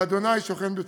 וה' שוכן בציון".